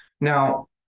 Now